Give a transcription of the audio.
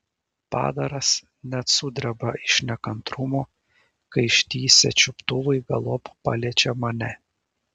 padaras net sudreba iš nekantrumo kai ištįsę čiuptuvai galop paliečia mane